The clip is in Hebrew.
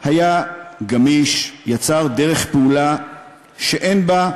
היה גמיש, יצר דרך פעולה שאין בה,